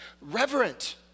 Reverent